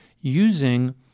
using